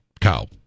cow